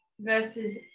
versus